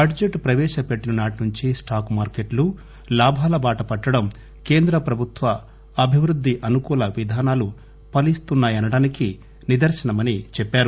budget ప్రవేశపెట్టిన నాటినుంచి stock మార్కెట్లు లాభాల బాట పట్టడం కేంద్ర ప్రభుత్వ అభివృద్ధి అనుకూల విధానాలు ఫలిస్తున్నాయనటానికి నిదర్భనమని అన్నారు